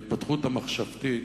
בהתפתחות המחשבתית,